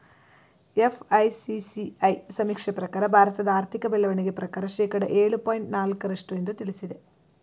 FICCI ಸಮೀಕ್ಷೆ ಪ್ರಕಾರ ಭಾರತದ ಆರ್ಥಿಕ ಬೆಳವಣಿಗೆ ಪ್ರಕಾರ ಶೇಕಡ ಏಳು ಪಾಯಿಂಟ್ ನಾಲಕ್ಕು ರಷ್ಟು ಎಂದು ತಿಳಿಸಿದೆ